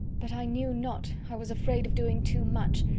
but i knew not i was afraid of doing too much.